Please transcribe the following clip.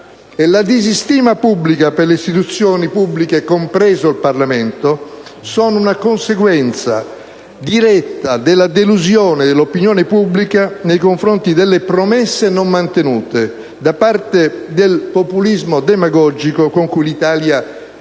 la disistima pubblica per le istituzioni, compreso lo stesso Parlamento, sono una conseguenza diretta della delusione dell'opinione pubblica nei confronti delle promesse non mantenute da parte del populismo demagogico con cui l'Italia è stata